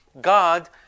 God